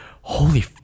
holy